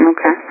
Okay